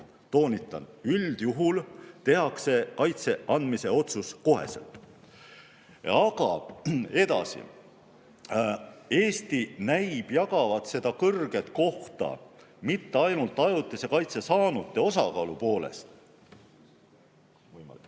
Toonitan: üldjuhul tehakse kaitse andmise otsus koheselt. Aga edasi. Eesti näib jagavat seda kõrget kohta mitte ainult ajutise kaitse saanute osakaalu poolest (Juhataja